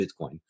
Bitcoin